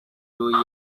two